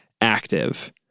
active